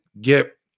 get